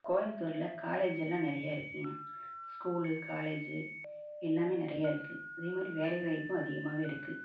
கோயம்புத்தூர்ல காலேஜ் எல்லாம் நிறையா இருக்குங்க ஸ்கூலு காலேஜு எல்லாம் நிறையா இருக்கு அதே மாதிரி வேலைவாய்ப்பும் அதிகமாகவே இருக்கு